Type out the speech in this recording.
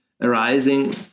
arising